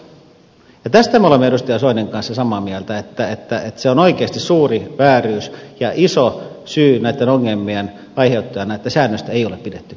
ja tästä me olemme edustaja soinin kanssa samaa mieltä että se on oikeasti suuri vääryys ja iso syy näitten ongelmien aiheuttajana että säännöistä ei ole pidetty kiinni